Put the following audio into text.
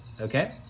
okay